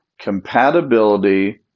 Compatibility